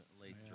late